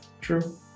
true